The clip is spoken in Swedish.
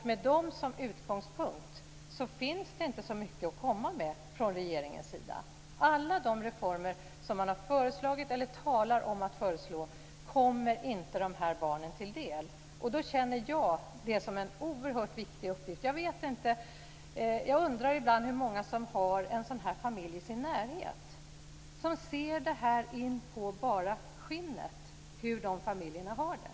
Med dem som utgångspunkt finns det inte så mycket att komma med från regeringens sida. Alla de reformer som man har föreslagit eller talar om att föreslå kommer inte de här barnen till del. Då känner jag detta som en oerhört viktig uppgift. Jag undrar ibland hur många som har en sådan här familj i sin närhet, som ser inpå bara skinnet hur de familjerna har det.